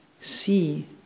see